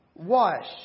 Wash